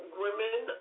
women